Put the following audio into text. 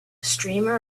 streamer